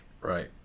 Right